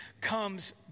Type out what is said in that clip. comes